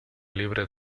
libre